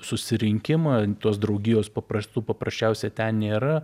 susirinkimą tos draugijos paprastų paprasčiausia ten nėra